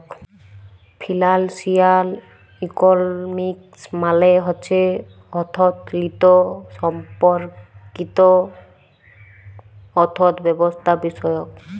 financial economics মালে হছে অথ্থলিতি সম্পর্কিত অথ্থব্যবস্থাবিষয়ক